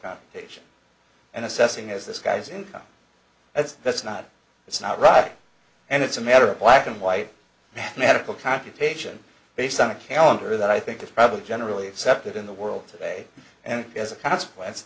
patients and assessing is this guy's income that's that's not it's not right and it's a matter of black and white mathematical computations based on a calendar that i think is probably generally accepted in the world today and as a consequence